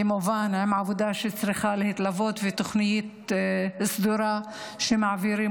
כמובן עם עבודה שצריכה להתלוות ותוכנית סדורה שמעבירים